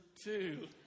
two